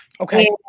Okay